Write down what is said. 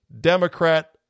Democrat